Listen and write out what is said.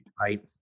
right